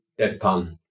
deadpan